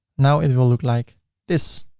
now it will look like this.